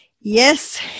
Yes